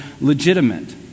legitimate